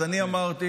אז אני אמרתי,